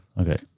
Okay